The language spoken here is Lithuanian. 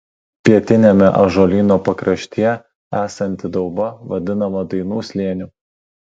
pietiniame ąžuolyno pakraštyje esanti dauba vadinama dainų slėniu